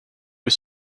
was